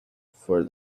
for